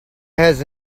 has